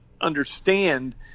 understand